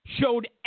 showed